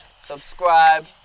Subscribe